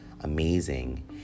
amazing